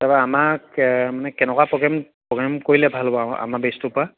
তাৰপৰা আমাক মানে কেনেকুৱা প্ৰ'গ্ৰেম প্ৰ'গ্ৰেম কৰিলে ভাল হ'ব আমাৰ বেচ্টোৰ পৰা